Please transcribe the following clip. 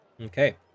Okay